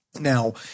Now